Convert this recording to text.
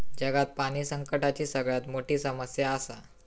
जगात पाणी संकटाची सगळ्यात मोठी समस्या आसा